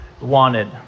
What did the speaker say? wanted